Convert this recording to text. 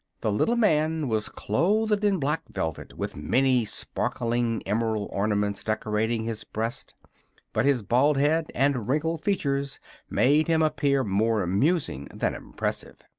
the little man was clothed in black velvet, with many sparkling emerald ornaments decorating his breast but his bald head and wrinkled features made him appear more amusing than impressive.